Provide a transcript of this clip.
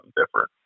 different